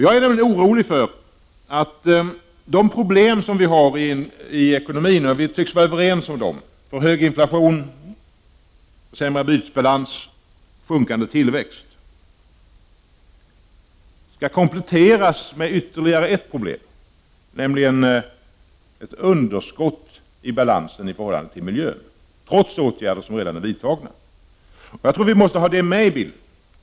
Jag är orolig för att de problem som finns i ekonomin — vi tycks vara överens om dem: för hög inflation, försämrad bytesbalans, sjunkande tillväxt — skall kompletteras med ytterligare ett problem, nämligen ett underskott i balansen i förhållande till miljön trots de åtgärder som redan är vidtagna. Vi måste ha detta med i bilden.